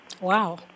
Wow